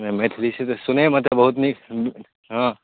मैथिली सुनैमे तऽ बहुत नीक हँ